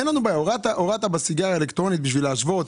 הורדת בסיגריה האלקטרונית בשביל להשוות,